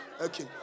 Okay